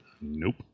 Nope